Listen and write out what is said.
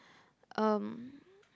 um